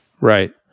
Right